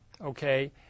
Okay